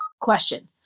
Question